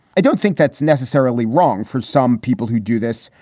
i don't think that's necessarily wrong for some people who do this.